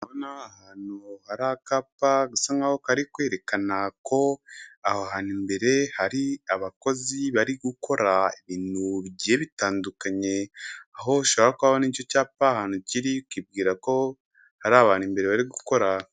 Ahantu hari akapa gasa nk'aho kari kwerekana ko aho hantu imbere hari abakozi bari gukora ibintu bitandukanye, aho bishaka kwerekanwa n'icyo cyapa ahantu kiri kitubwira ko hari abantu imbere bari gukora.